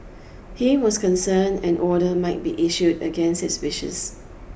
he was concerned an order might be issued against his wishes